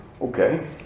Okay